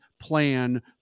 plan